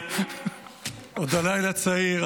עוד הלילה צעיר.